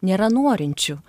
nėra norinčių